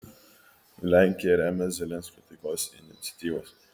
lenkija remia zelenskio taikos iniciatyvas